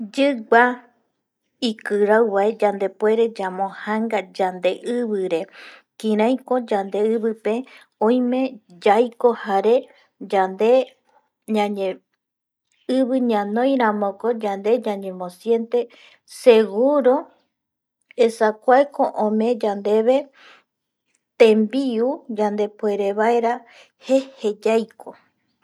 Yigua ikirau bae yandepuere yamo janga ivire kiraiko yande ivi pe oime yaiko jare yande, ivi ñanoi ramoko yande yayemosiente seguro esa kuaeko ome yandebe tembiu yande puere bae jeje yaiko